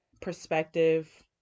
perspective